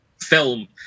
film